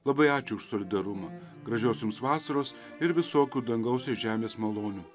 labai ačiū už solidarumą gražios jums vasaros ir visokių dangaus ir žemės malonių